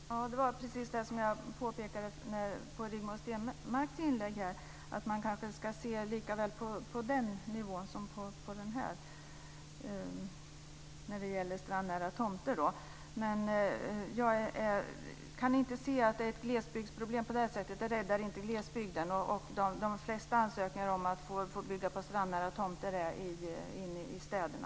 Herr talman! Det var precis det jag påpekade i samband med Rigmor Stenmarks inlägg. Man kanske ska se på höjden likaväl som på bredden när det gäller strandnära tomter. Jag kan inte se att det är ett glesbygdsproblem. Det räddar inte glesbygden. De flesta ansökningar om att få bygga på strandnära tomter gäller i städerna.